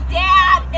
dad